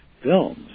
films